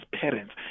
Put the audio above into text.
parents